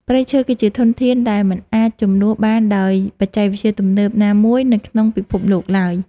ព្រៃឈើ គឺជាធនធានដែលមិនអាចជំនួសបានដោយបច្ចេកវិទ្យាទំនើបណាមួយនៅក្នុងពិភពលោកឡើយ។